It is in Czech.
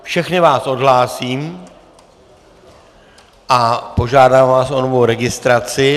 Všechny vás odhlásím a požádám vás o novou registraci.